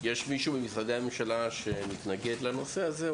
יש מישהו ממשרדי הממשלה שמתנגד לנושא הזה,